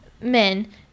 men